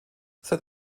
seit